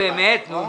באמת נו.